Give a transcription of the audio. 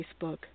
Facebook